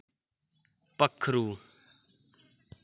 पक्खरू